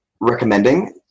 recommending